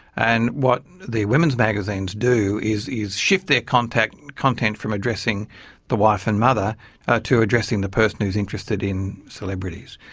and what the women's magazines do is is shift their content and content from addressing the wife and mother to addressing the person who's interested in celebrities.